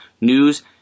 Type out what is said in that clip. news